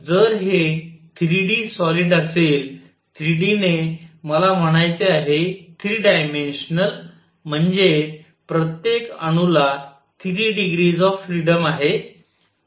तर जर हे 3 डी सॉलिड असेल 3 डी ने मला म्हणायचे आहे 3 डायमेन्शनल म्हणजे प्रत्येक अणूला 3 डिग्रीज ऑफ फ्रिडम आहे